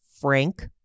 frank